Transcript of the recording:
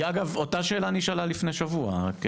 אגב, אותה שאלה נשאלה לפני שבוע.